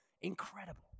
incredible